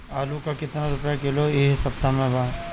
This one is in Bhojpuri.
आलू का कितना रुपया किलो इह सपतह में बा?